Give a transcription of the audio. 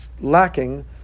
lacking